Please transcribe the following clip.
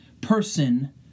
person